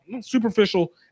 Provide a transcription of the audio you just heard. superficial